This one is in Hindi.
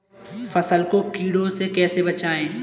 फसल को कीड़ों से कैसे बचाएँ?